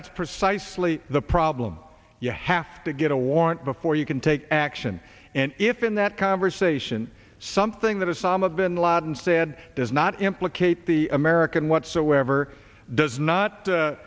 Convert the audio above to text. that's precisely the problem you have to get a warrant before you can take action and if in that conversation something that islam of bin laden said does not implicate the american whatsoever does not